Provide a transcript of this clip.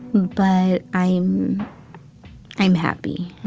but i'm i'm happy.